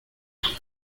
los